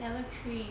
level three